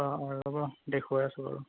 অ অ ৰ'ব দেখুৱাই আছোঁ বাৰু